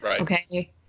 okay